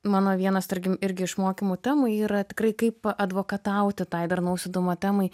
mano vienas tarkim irgi iš mokymų temų yra tikrai kaip advokatauti tai darnaus judumo temai